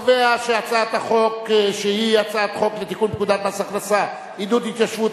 הצעת חוק לתיקון פקודת מס הכנסה (עידוד התיישבות),